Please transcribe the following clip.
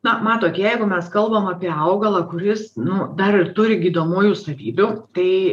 na matot jeigu mes kalbam apie augalą kuris nu dar ir turi gydomųjų savybių tai